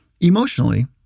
Emotionally